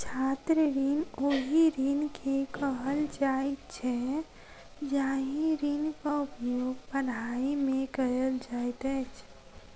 छात्र ऋण ओहि ऋण के कहल जाइत छै जाहि ऋणक उपयोग पढ़ाइ मे कयल जाइत अछि